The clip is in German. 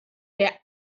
der